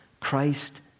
Christ